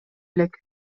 элек